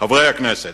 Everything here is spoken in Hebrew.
חברי הכנסת,